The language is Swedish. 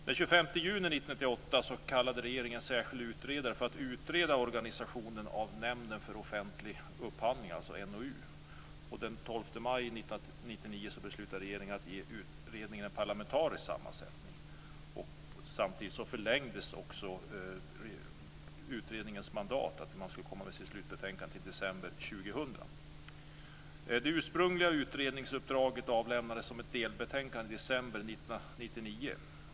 Den 25 juni 1998 kallade regeringen en särskild utredare för att utreda organisationen av Nämnden för offentligt upphandling, NOU. Och den 12 maj 1999 beslutade regeringen att ge utredningen en parlamentarisk sammansättning. Samtidigt förlängdes också utredningens mandat, att den skulle komma med sitt slutbetänkande i december 2000. Det ursprungliga utredningsuppdraget avlämnades som ett delbetänkande i december 1999.